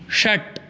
षट्